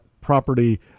property